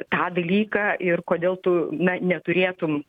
tą dalyką ir kodėl tu na neturėtum